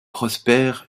prosper